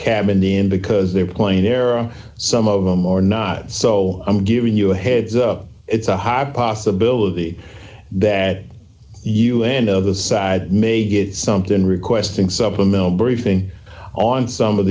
cab in the am because they're playing there are some of them or not so i'm giving you a heads up it's a high possibility that you end of the side may get something requesting supplemental briefing on some of